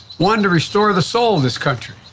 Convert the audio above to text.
one, to restore the soul of this country.